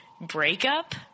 breakup